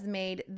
made